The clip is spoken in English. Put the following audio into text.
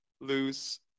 lose